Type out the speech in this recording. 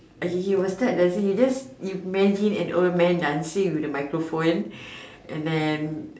he will start dancing just imagine a old man start dancing with a microphone and then